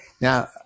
Now